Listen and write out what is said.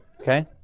Okay